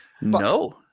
No